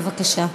בבקשה.